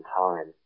time